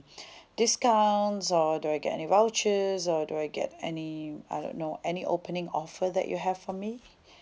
discounts or do I get any vouchers or do I get any I don't know any opening offer that you have for me